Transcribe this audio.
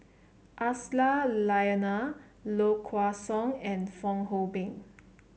Aisyah Lyana Low Kway Song and Fong Hoe Beng